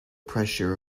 pressure